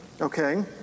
okay